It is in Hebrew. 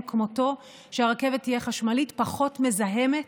כמותו שהרכבת תהיה חשמלית ופחות מזהמת.